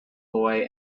boy